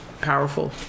powerful